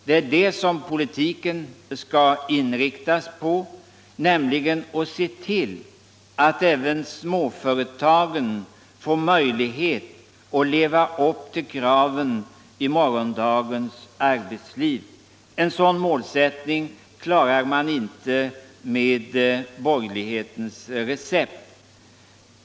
Det är det som politiken skall inriktas på, nämligen att se till att även småföretagen får möjlighet att leva upp till kraven i morgondagens arbetsliv. En sådan målsättning klarar man inte med borgerlighetens recept.